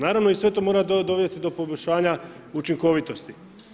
Naravno, i sve to mora donijeti do poboljšanja učinkovitosti.